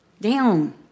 down